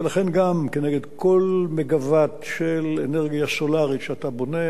ולכן גם כנגד כל מגוואט של אנרגיה סולרית שאתה בונה,